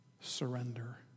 surrender